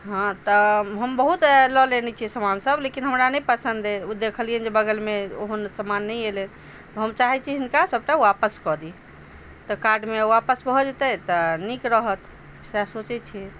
हँ तऽ हम बहुत लऽ लेने छियै सामानसभ लेकिन हमरा नहि पसन्द अइ ओ देखलियै जे बगलमे ओहन सामान नहि एलै तऽ हम चाहैत छी सभटा हिनका वापस कऽ दी तऽ कार्टमे वापस भऽ जेतै तऽ नीक रहत सएह सोचैत छी